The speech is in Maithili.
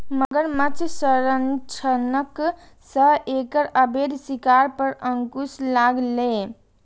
मगरमच्छ संरक्षणक सं एकर अवैध शिकार पर अंकुश लागलैए